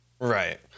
Right